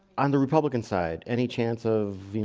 i'm the republican side any chance of you know,